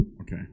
Okay